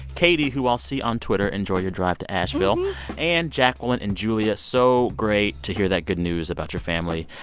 katie, who i'll see on twitter enjoy your drive to asheville and jacqueline and julia. so great to hear that good news about your family.